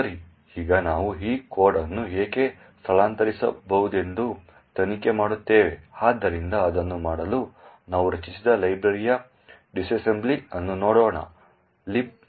ಸರಿ ಈಗ ನಾವು ಈ ಕೋಡ್ ಅನ್ನು ಏಕೆ ಸ್ಥಳಾಂತರಿಸಬಹುದೆಂದು ತನಿಖೆ ಮಾಡುತ್ತೇವೆ ಆದ್ದರಿಂದ ಅದನ್ನು ಮಾಡಲು ನಾವು ರಚಿಸಿದ ಲೈಬ್ರರಿಯ ಡಿಸ್ಅಸೆಂಬಲ್ ಅನ್ನು ನೋಡೋಣ libmylib